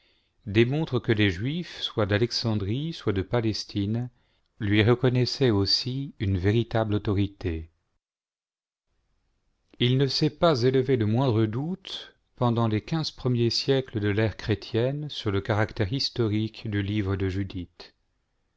démontrent que les juifs soit d'alexandrie soit de palestine lui reconnaissaient aussi une véritable autorité il ne s'est pas élevé le moindre doute pendant les quinze premiers siècles de l'ère chrétienne sur le caractère historique du livre de judith